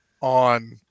on